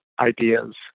ideas